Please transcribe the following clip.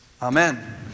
Amen